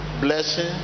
blessing